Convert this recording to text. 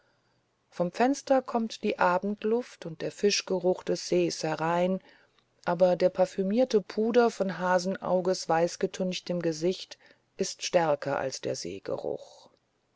vom fenster kommt die abendluft und der fischgeruch des sees herein aber der parfümierte puder von hasenauges weißgetünchtem gesicht ist stärker als der seegeruch